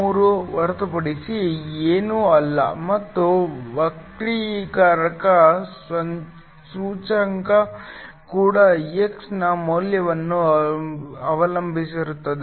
43 ಹೊರತುಪಡಿಸಿ ಏನೂ ಅಲ್ಲ ಮತ್ತು ವಕ್ರೀಕಾರಕ ಸೂಚ್ಯಂಕ ಕೂಡ x ನ ಮೌಲ್ಯವನ್ನು ಅವಲಂಬಿಸಿರುತ್ತದೆ